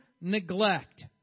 neglect